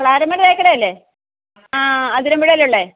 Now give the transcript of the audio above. ക്ലാരമ്മേടെ ചായക്കടയല്ലേ അതിരംപുഴയിലുള്ള